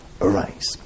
arise